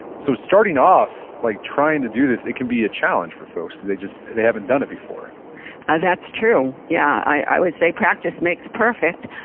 so starting off like trying to do this, it can be a challenge for folks cause they just, they haven't done it before but that's true. yeah. i would say, practice makes perfect.